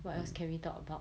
what else can we talk about